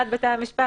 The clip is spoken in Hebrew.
המשפט?